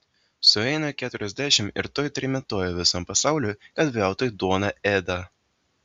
sueina keturiasdešimt ir tuoj trimituoja visam pasauliui kad veltui duoną ėda